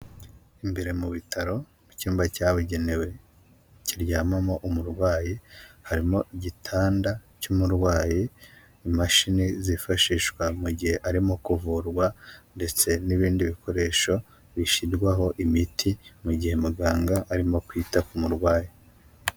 Imbere mu bitaro, mu cyumba cyabugenewe kiryamamo umurwayi, harimo igitanda cy'umurwayi, imashini zifashishwa mu gihe arimo kuvurwa ndetse n'ibindi bikoresho bishyirwaho imiti mu gihe muganga arimo kwita ku murwayi.